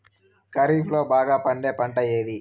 ఖరీఫ్ లో బాగా పండే పంట ఏది?